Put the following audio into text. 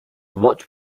what